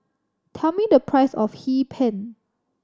tell me the price of Hee Pan